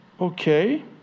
okay